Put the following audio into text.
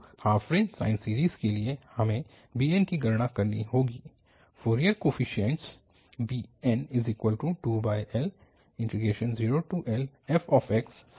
तो half range sine series के लिए हमें bn की गणना करनी होगी Fourier coefficients bn2l0lfxsin nπxl dx है